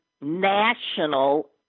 national